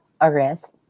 arrest